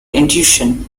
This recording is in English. intuition